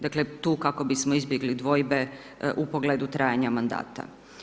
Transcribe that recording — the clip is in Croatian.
Dakle, tu kako bismo izbjegli dvojbe u pogledu trajanja mandata.